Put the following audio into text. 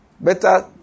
Better